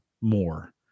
more